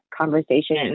conversation